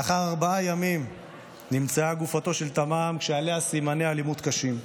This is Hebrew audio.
לאחר ארבעה ימים נמצאה גופתו של תמם כשעליה סימני אלימות קשים.